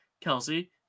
kelsey